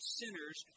sinners